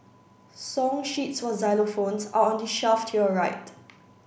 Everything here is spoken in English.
song sheets for xylophones are on the shelf to your right